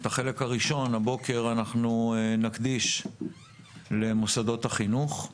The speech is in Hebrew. את החלק הראשון של הבוקר אנחנו נקדיש למוסדות החינוך.